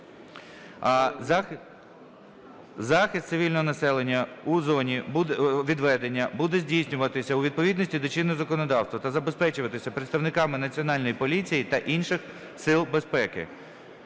Захист цивільного населення у зоні відведення буде здійснюватися у відповідності до чинного законодавства та забезпечуватися представниками Національної поліції та інших сил безпеки